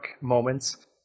moments